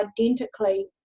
identically